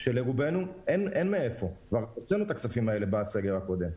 שהוא כבר ריק מאז הסגר הקודם.